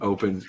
Open